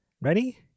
Ready